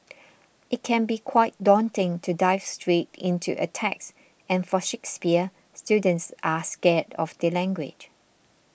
it can be quite daunting to dive straight into a text and for Shakespeare students are scared of the language